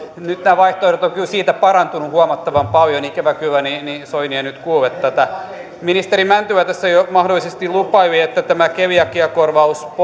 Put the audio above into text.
nyt nämä vaihtoehdot ovat kyllä siitä parantuneet huomattavan paljon ikävä kyllä soini ei nyt kuule tätä ministeri mäntylä tässä jo mahdollisesti lupaili että tämä keliakiakorvausleikkaus